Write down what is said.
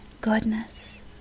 goodness